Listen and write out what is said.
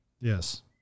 Yes